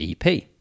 EP